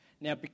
Now